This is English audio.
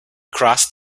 crossed